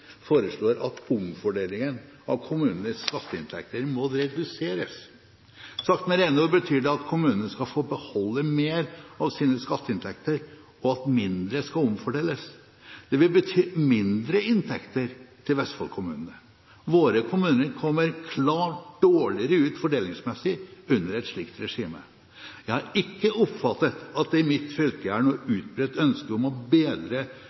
foreslår at omfordelingen av kommunenes skatteinntekter må reduseres. Sagt med rene ord betyr det at kommunene skal få beholde mer av sine skatteinntekter, og at mindre skal omfordeles. Det vil bety mindre inntekter til Vestfold-kommunene. Våre kommuner kommer klart dårligere ut fordelingsmessig under et slikt regime. Jeg har ikke oppfattet at det i mitt fylke er noe utbredt ønske om å bedre